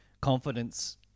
confidence